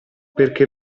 perché